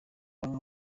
banki